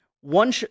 One